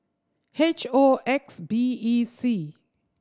H O X B E C